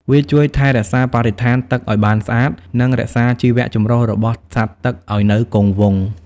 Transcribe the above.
វាជួយថែរក្សាបរិស្ថានទឹកឲ្យបានស្អាត និងរក្សាជីវចម្រុះរបស់សត្វទឹកឲ្យនៅគង់វង្ស។